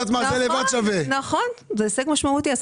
יש